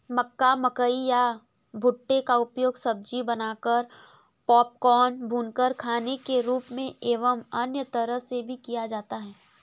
मक्का, मकई या भुट्टे का उपयोग सब्जी बनाकर, पॉपकॉर्न, भूनकर खाने के रूप में एवं अन्य तरह से भी किया जाता है